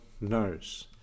knows